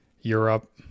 Europe